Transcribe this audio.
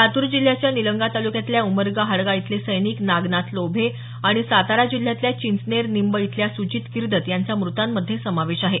लातूर जिल्ह्याच्या निलंगा तालुक्यातल्या उमरगा हाडगा इथले सैनिक नागनाथ लोभे आणि सातारा जिल्ह्यातल्या चिंचनेर निंब इथल्या सुजित किर्दत यांचा मृतांमध्ये समावेश आहे